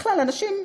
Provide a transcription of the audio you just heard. בכלל, אנשים,